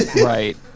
right